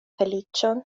feliĉon